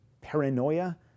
paranoia